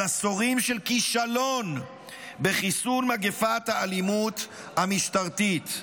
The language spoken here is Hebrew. עשורים של כישלון בחיסול מגפת האלימות המשטרתית.